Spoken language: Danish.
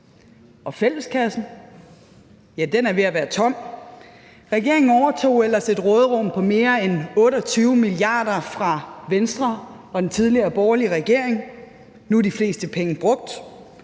Og fælleskassen? Ja, den er ved at være tom. Regeringen overtog ellers et råderum på mere end 28 mia. kr. fra Venstre og den tidligere borgerlige regering, men nu er de fleste penge brugt,